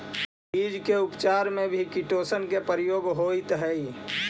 बीज के उपचार में भी किटोशन के प्रयोग होइत हई